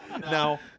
Now